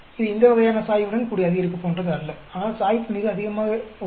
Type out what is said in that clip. இது இந்த வகையான சாய்வுடன் கூடிய அதிகரிப்பு போன்றது அல்ல ஆனால் சாய்வு மிக அதிகமாக உள்ளது